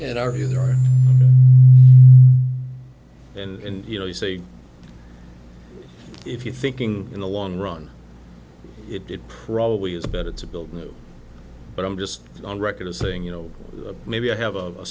and are you there and you know you say if you're thinking in the long run it probably is better to build new but i'm just on record as saying you know maybe i have a